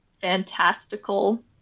fantastical